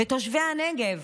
בתושבי הנגב,